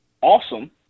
awesome